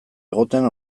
egoten